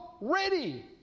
ready